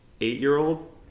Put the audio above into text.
eight-year-old